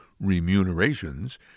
remunerations